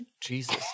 Jesus